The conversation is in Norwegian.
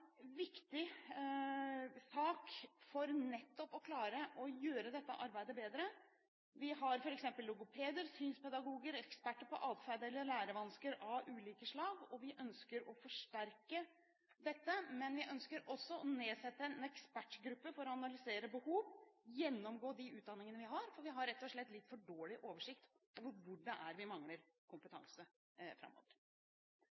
viktig sak nettopp for å klare å gjøre dette arbeidet bedre. Vi har f.eks. logopeder, synspedagoger, eksperter på atferd eller lærevansker av ulike slag, og vi ønsker å forsterke dette. Men vi ønsker også å nedsette en ekspertgruppe for å analysere behov og gjennomgå de utdanningene vi har, for vi har rett og slett litt for dårlig oversikt over hvor det er vi mangler